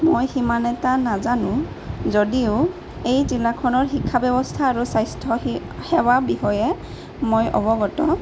মই সিমান এটা নাজানো যদিও এই জিলাখনৰ শিক্ষা ব্যৱস্থা আৰু স্বাস্থ্য সে সেৱা বিষয়ে মই অৱগত